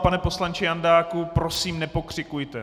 Pane poslanče Jandáku, prosím, nepokřikujte.